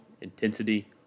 intensity